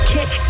Kick